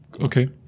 Okay